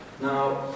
Now